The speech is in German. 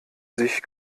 sich